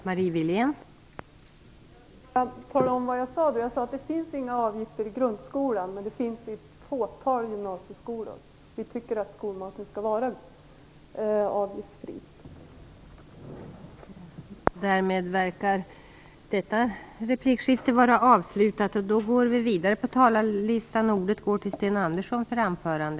Fru talman! Jag vill bara tala om vad jag sade. Jag sade att det inte finns några avgifter i grundskolan, men det finns i ett fåtal gymnasieskolor. Vi tycker att skolmaten skall vara avgiftsfri.